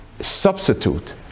substitute